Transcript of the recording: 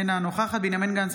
אינה נוכחת בנימין גנץ,